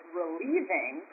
relieving